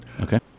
Okay